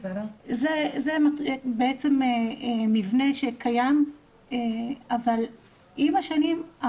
זה בעצם מבנה שקיים אבל עם השנים,